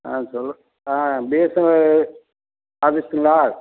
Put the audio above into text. ஆ சொல் ஆ பிஎஸ்என்எல் ஆஃபிஸுங்களா